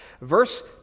Verse